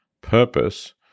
purpose